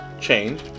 change